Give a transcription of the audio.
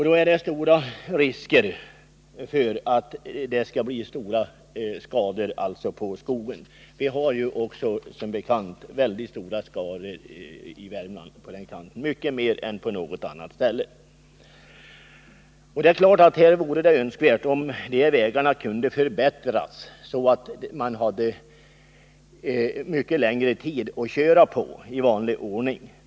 Då är det betydande risker för att stora insektsskador skall uppstå på skogen. Vi har också som bekant väldigt stora skador i Värmland, mycket mer än på något annat håll. Det är klart att det vore önskvärt om dessa vägar kunde förbättras så att man hade mycket längre tid att köra på i vanlig ordning.